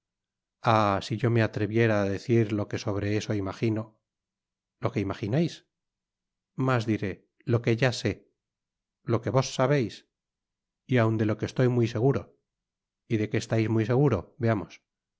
an si yo me atreviera á decir lo que sobre eso imagino lo que imaginais mas diré lo que ya sé lo que vos sabeis y aun de lo que estoy muy seguro y de qué estais muy seguro veamos